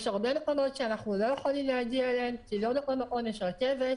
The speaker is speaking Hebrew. יש הרבה מקומות שאנחנו לא יכולים להגיע אליהם כי לא בכל מקום יש רכבת.